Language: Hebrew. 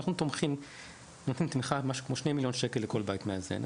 אנחנו נותנים תמיכה של משהו כמו 2 מיליון שקל לכל בית מאזן,